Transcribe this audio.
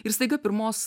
ir staiga pirmos